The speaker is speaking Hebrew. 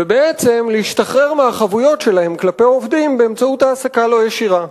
ובעצם להשתחרר מהחבויות שלהם כלפי עובדים באמצעות העסקה לא ישירה.